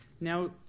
Now